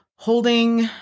Holding